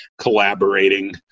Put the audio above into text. collaborating